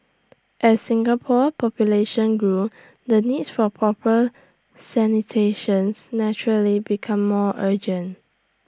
as Singapore's population grew the needs for proper sanitation naturally became more urgent